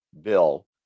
bill